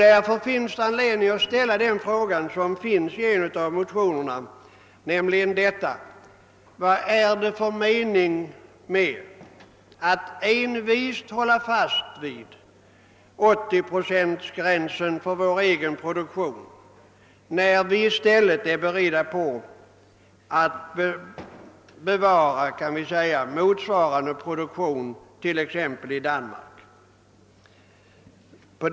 Därför är det motiverat att ställa den fråga som framförs i en av motionerna, nämligen denna: Vad är det för mening med att envist hålla fast vid 80-procentsgränsen för vår egen produktion, när vi är beredda att bevara motsvarande produktion t.ex. i Danmark?